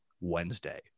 Wednesday